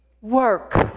work